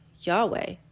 Yahweh